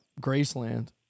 Graceland